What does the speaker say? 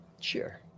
Sure